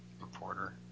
reporter